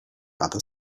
other